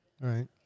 Right